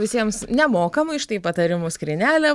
visiems nemokamai štai patarimų skrynelė